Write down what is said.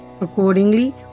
Accordingly